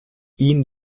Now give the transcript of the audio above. ihn